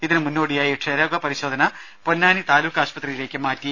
ഇതിനു മുന്നോടിയായി ക്ഷയരോഗ പരിശോധന പൊന്നാനി താലൂക്ക് ആശുപത്രിയിലേക്ക് മാറ്റി